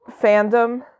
fandom